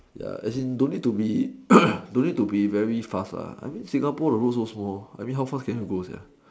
ya actually don't need to be don't need to be very fast Singapore the world so small I mean how far can you go